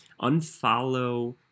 unfollow